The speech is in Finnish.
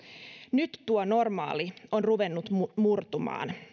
nyt tuo normaali on ruvennut murtumaan